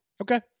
Okay